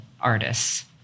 artists